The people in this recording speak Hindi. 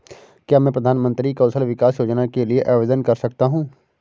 क्या मैं प्रधानमंत्री कौशल विकास योजना के लिए आवेदन कर सकता हूँ?